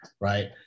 right